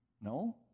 No